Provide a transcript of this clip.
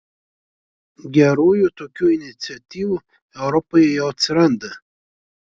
gerųjų tokių iniciatyvų europoje jau atsiranda